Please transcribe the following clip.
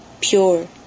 pure